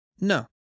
No